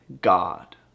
God